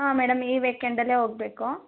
ಹ್ಞೂ ಮೇಡಮ್ ಈ ವೀಕೆಂಡಲ್ಲೆ ಹೋಗಬೇಕು